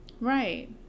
Right